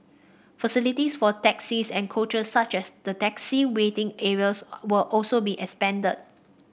facilities for taxis and coaches such as the taxi waiting areas will also be expanded